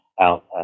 out